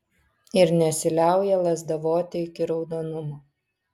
ir nesiliauja lazdavoti iki raudonumo